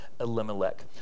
Elimelech